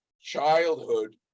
childhood